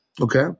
okay